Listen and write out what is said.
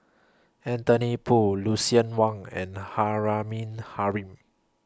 Anthony Poon Lucien Wang and Rahimah Rahim